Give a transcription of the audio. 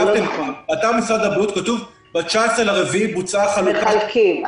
באתר משרד הבריאות כתוב: ב-19 באפריל בוצעה חלוקת --- מחלקים.